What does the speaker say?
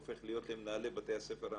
הופך להיות למנהלי בתי הספר האמיתיים,